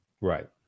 Right